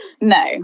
No